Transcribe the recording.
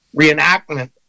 reenactment